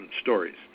stories